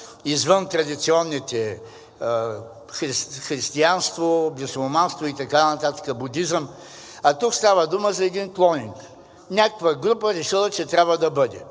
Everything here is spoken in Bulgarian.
извън традиционните християнство, мюсюлманство, будизъм и така нататък, а тук става дума за един клонинг – някаква група решила, че трябва да бъде.